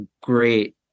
great